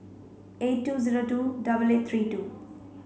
eight two zero two double eight three two